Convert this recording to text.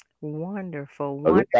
Wonderful